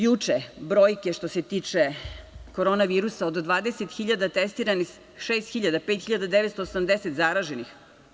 Juče, brojke što se tiče korona virusa od 20.000 testiranih 5.980 zaraženih.